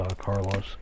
Carlos